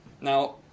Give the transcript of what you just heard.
Now